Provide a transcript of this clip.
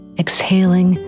exhaling